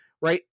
right